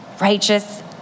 righteous